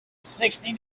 sixty